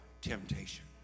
temptation